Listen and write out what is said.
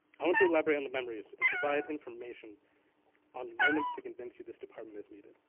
i want to elaborate on the memories and provide information on moments to convince you this department is needed.